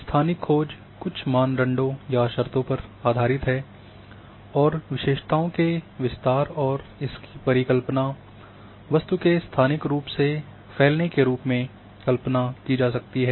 स्थानिक खोज कुछ मानदंडों या शर्तों पर आधारित है और विशेषताओं के विस्तार और इसकी परिकल्पना वस्तु के स्थानिक रूप से फैलने के रूप में कल्पना की जा सकती है